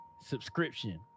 subscription